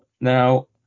Now